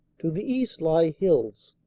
to the east lie hills,